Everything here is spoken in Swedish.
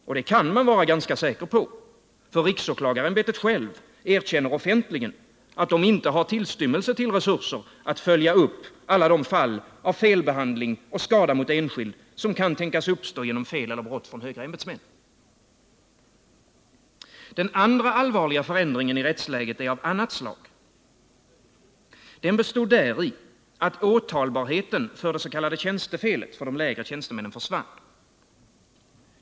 Och det kan de vara ganska säkra på, för riksåklagarämbetet självt erkänner offentligen att det inte har tillstymmelse till resurser att följa upp alla de fall av felbehandling och skada mot enskild som kan tänkas uppstå genom fel eller Den andra allvarliga förändringen i rättsläget var av annat slag. Den bestod iatt åtalbarheten för det s.k. tjänstefelet för de lägre tjänstemännen försvann.